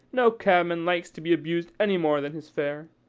no cabman likes to be abused any more than his fare.